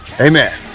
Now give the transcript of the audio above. Amen